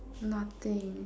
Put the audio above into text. nothing